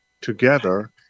together